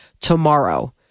tomorrow